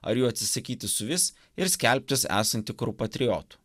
ar jų atsisakyti su vis ir skelbtis esant tikru patriotu